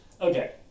Okay